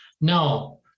No